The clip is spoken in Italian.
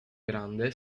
grande